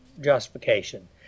justification